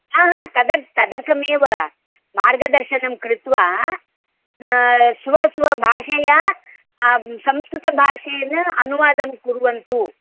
हा हा तदर् तदर्थमेव मार्गदर्शनं कृत्वा स्वस्वभाषया संस्कृतभाषेन अनुवादं कुर्वन्तु